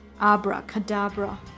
Abracadabra